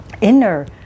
inner